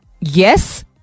yes